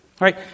right